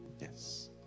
Yes